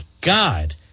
God